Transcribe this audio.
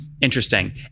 Interesting